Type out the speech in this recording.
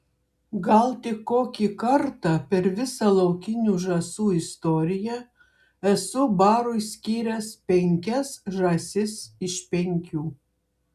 gal tik kokį kartą per visą laukinių žąsų istoriją esu barui skyręs penkias žąsis iš penkių